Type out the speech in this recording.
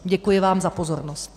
Děkuji vám za pozornost.